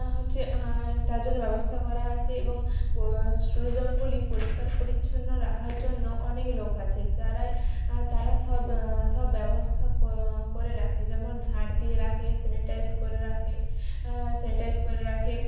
হচ্ছে তার জন্য ব্যবস্থা করা আছে এবং টুরিজমগুলি পরিষ্কার পরিচ্ছন্ন রাখার জন্য অনেক লোক আছে যারাই তারা সব সব ব্যবস্থা করে রাখে যেমন ঝাঁট দিয়ে রাখে স্যানিটাইজ করে রাখে স্যানিটাইজ করে রাখে